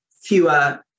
fewer